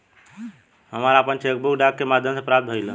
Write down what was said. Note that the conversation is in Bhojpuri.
हमरा आपन चेक बुक डाक के माध्यम से प्राप्त भइल ह